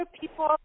people